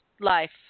life